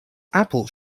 apple